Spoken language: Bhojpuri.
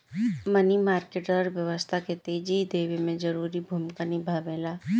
मनी मार्केट अर्थव्यवस्था के तेजी देवे में जरूरी भूमिका निभावेला